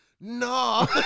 No